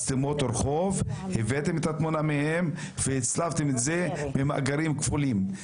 הבאתם את התמונה ממצלמות ורחוב והצלבתם את זה ממאגרים כפולים,